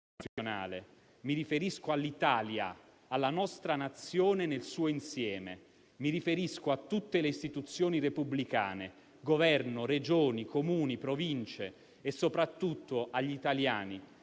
Mi riferisco all'Italia, alla nostra Nazione nel suo insieme. Mi riferisco a tutte le istituzioni repubblicane: Governo, Regioni, Comuni, Province e soprattutto agli italiani,